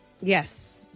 Yes